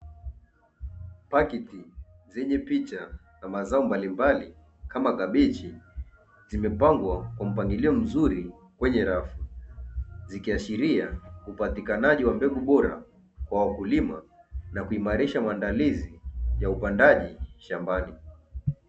Pakiti zenye picha ama zao mbalimbali kama kabichi zimepangwa kuwa mpangilia mzuri kwenye rafu, zikiashiria upatikanaji wa mbegu bora kwa wakulima na kuimarisha maandalizi ya upandaji shambani.